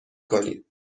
کنید